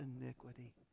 iniquity